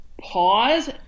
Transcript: pause